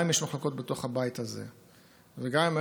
וגם אם יש מחלוקות בתוך הבית הזה,